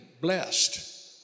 blessed